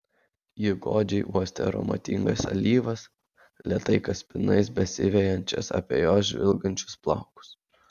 ji godžiai uostė aromatingas alyvas lėtai kaspinais besivejančias apie jos žvilgančius plaukus